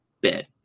bed